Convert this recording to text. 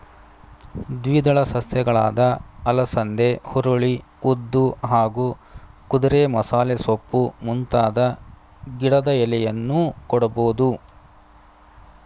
ದ್ವಿದಳ ಸಸ್ಯಗಳಾದ ಅಲಸಂದೆ ಹುರುಳಿ ಉದ್ದು ಹಾಗೂ ಕುದುರೆಮಸಾಲೆಸೊಪ್ಪು ಮುಂತಾದ ಗಿಡದ ಎಲೆಯನ್ನೂ ಕೊಡ್ಬೋದು